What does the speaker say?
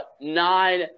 nine